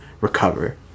recover